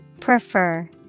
prefer